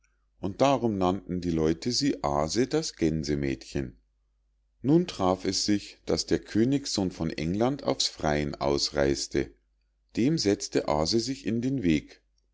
und darum nannten die leute sie aase das gänsemädchen nun traf es sich daß der königssohn von england aufs freien ausreis'te dem setzte aase sich in den weg